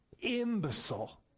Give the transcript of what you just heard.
imbecile